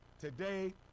today